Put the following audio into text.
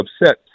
upset